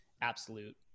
absolute